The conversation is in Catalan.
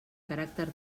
caràcter